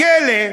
הכלא,